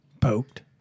Poked